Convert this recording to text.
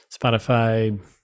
Spotify